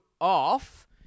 off